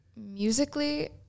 musically